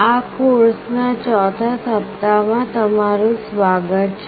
આ કોર્સ ના ચોથા સપ્તાહ માં તમારું સ્વાગત છે